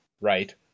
right